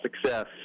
success